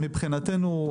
מבחינתנו,